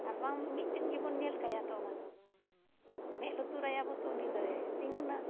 ᱟᱨ ᱵᱟᱢ ᱢᱤᱫᱴᱮᱱ ᱜᱤᱵᱚᱱ ᱧᱮᱞ ᱠᱟᱭᱟ ᱛᱚ ᱚᱱᱟᱫᱚ ᱢᱮᱸᱫ ᱞᱩᱛᱩᱨᱟᱭᱟᱵᱚᱱ ᱛᱚ ᱩᱱᱤᱫᱚᱭ ᱛᱤᱸᱜᱩᱱᱟ